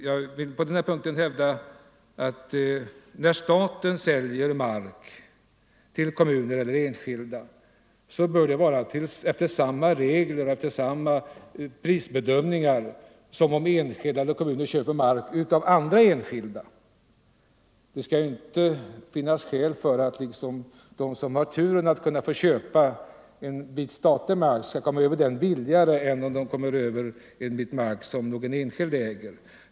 Jag vill på den punkten hävda att när staten säljer mark till kommuner eller enskilda, bör det ske efter samma regler och med samma prisbedömning som när enskilda eller kommuner köper mark av andra enskilda. Det kan inte finnas skäl för att de som har turen att kunna köpa en bit statlig mark skall komma över marken billigare än den gör som köper ett område ägt av någon enskild.